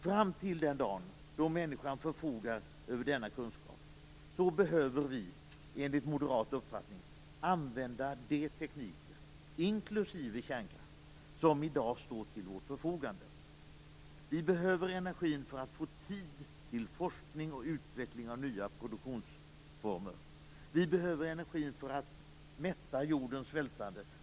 Fram till den dag då människan förfogar över denna kunskap behöver vi, enligt moderat uppfattning, använda de tekniker inklusive kärnkraften som står till vårt förfogande. Vi behöver energin för att få tid till forskning och utveckling av nya produktionsformer. Vi behöver energin för att mätta jordens svältande.